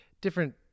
different